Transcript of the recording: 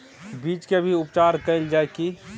बीज के भी उपचार कैल जाय की?